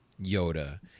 yoda